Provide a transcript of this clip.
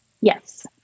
Yes